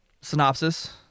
synopsis